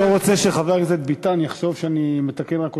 אני לא רוצה שחבר הכנסת ביטן יחשוב שאני מתקן רק אותו.